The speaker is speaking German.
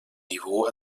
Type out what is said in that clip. niveau